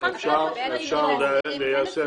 מי יישא